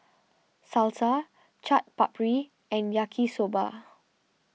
Salsa Chaat Papri and Yaki Soba